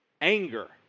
anger